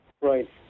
Right